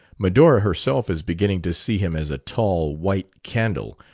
medora herself is beginning to see him as a tall, white candle,